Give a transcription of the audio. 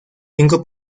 cinco